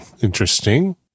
Interesting